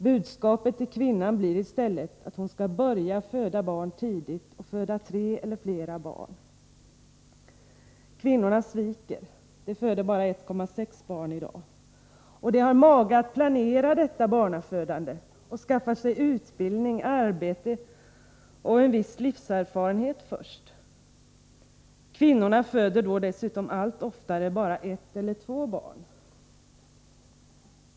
Budskapet till kvinnan blir i stället att hon skall börja föda barn tidigt och föda tre eller flera barn. Kvinnorna sviker, de föder bara 1,6 barn i dag. De har dessutom mage att planera detta barnafödande och skaffar sig utbildning, arbete och en viss livserfarenhet först. Kvinnorna föder dessutom allt oftare bara ett eller två barn.